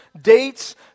dates